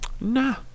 Nah